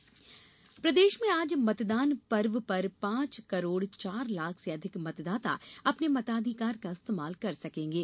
मतदाता प्रदेश में आज मतदान पर्व पर पांच करोड़ चार लाख से अधिक मतदाता अपने मताधिकार का इस्तेमाल कर सकेंगे